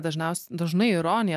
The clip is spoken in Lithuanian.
dažniaus dažnai ironija